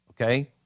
Okay